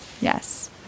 Yes